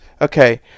Okay